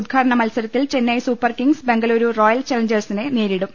ഉദ്ഘാടന മത്സരത്തിൽ Chennai super kings Bengaluru royal ചലഞ്ചേഴ്സിനെ നേരിടും